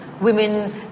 women